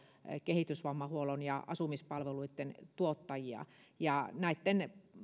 kehitysvammahuollon ja asumispalveluitten tuottajia ja näitten